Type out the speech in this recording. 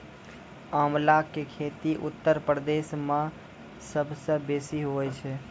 आंवला के खेती उत्तर प्रदेश मअ सबसअ बेसी हुअए छै